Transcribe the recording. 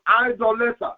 idolater